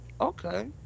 Okay